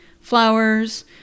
flowers